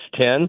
ten